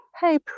Hey